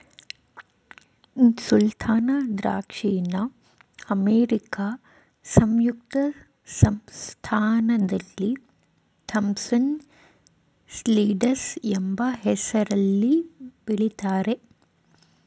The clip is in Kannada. ಸುಲ್ತಾನ ದ್ರಾಕ್ಷಿನ ಅಮೇರಿಕಾ ಸಂಯುಕ್ತ ಸಂಸ್ಥಾನದಲ್ಲಿ ಥಾಂಪ್ಸನ್ ಸೀಡ್ಲೆಸ್ ಎಂಬ ಹೆಸ್ರಲ್ಲಿ ಬೆಳಿತಾರೆ